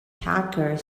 hacker